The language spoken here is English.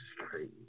crazy